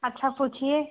अच्छा पूछिए